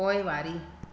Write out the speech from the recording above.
पोइवारी